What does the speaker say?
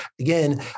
again